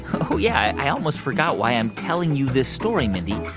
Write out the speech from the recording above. oh, yeah, i almost forgot why i'm telling you this story, mindy.